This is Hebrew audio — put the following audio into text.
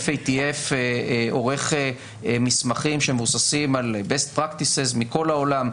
ה-FATF עורך מסמכים שמבוססים על best practices מכל העולם,